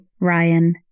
Ryan